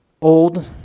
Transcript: old